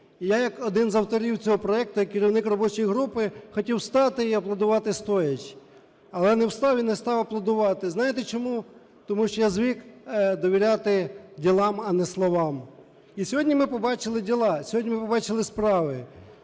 я як один з авторів цього проекту, як керівник робочої групи хотів стати і аплодувати стоячи. Але не встав і не став аплодувати. Знаєте чому? Тому що я звик довіряти ділам, а не словам. І сьогодні ми побачили діла, сьогодні ми побачили справи.